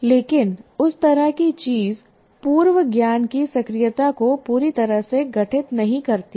लेकिन उस तरह की चीज पूर्व ज्ञान की सक्रियता को पूरी तरह से गठित नहीं करती है